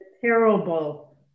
Terrible